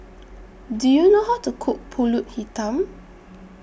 Do YOU know How to Cook Pulut Hitam